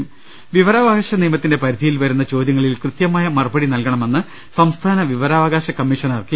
് വിവരാവകാശ നിയമത്തിന്റെ പരിധിയിൽ വരുന്ന ചോദ്യങ്ങളിൽ കൃത്യ മായ മറുപടി നൽകണമെന്ന് സംസ്ഥാന വിവരാവകാശ കമ്മീഷണർ കെ